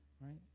right